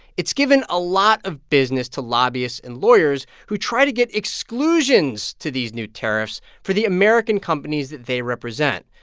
it's given a lot of business to lobbyists and lawyers who try to get exclusions to these new tariffs for the american companies that they represent.